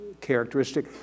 characteristic